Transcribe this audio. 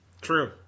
True